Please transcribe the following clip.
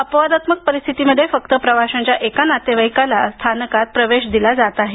अपवादात्मक परिस्थितीमध्ये फक्त प्रवाशांच्या एका नातेवाईकाला स्थानकात प्रवेश दिला जात आहे